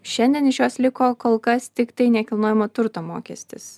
šiandien iš jos liko kol kas tiktai nekilnojamo turto mokestis